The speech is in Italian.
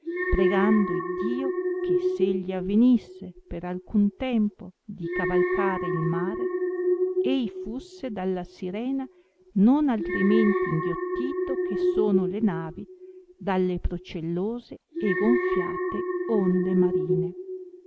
pregando iddio che se gli avenisse per alcun tempo di cavalcare il mare ei fusse dalla sirena non altrimenti inghiottito che sono le navi dalle procellose e gonfiate onde marine